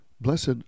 blessed